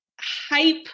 hype